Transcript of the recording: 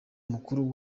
mukuru